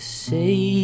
say